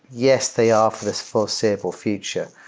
yes, they are for this foreseeable future.